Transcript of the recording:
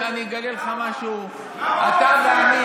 אני אגלה לך משהו, למה אתה לא עוצר?